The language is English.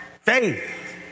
faith